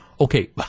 Okay